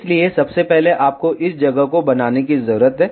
इसलिए सबसे पहले आपको इस जगह को बनाने की जरूरत है